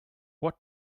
what